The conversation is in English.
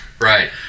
Right